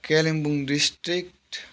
Kalimpong district